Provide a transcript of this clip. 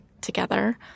together